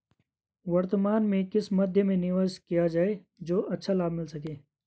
वर्तमान में किस मध्य में निवेश किया जाए जो अच्छा लाभ मिल सके?